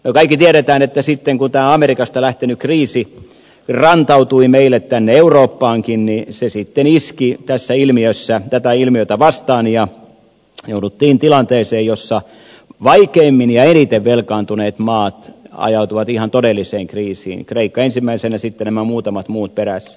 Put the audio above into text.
kaikki tiedämme että sitten kun tämä amerikasta lähtenyt kriisi rantautui meille tänne eurooppaankin se sitten iski tätä ilmiötä vastaan ja jouduttiin tilanteeseen jossa vaikeimmin ja eniten velkaantuneet maat ajautuivat ihan todelliseen kriisiin kreikka ensimmäisenä sitten nämä muutamat muut perässä